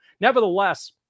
Nevertheless